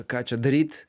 ką čia daryt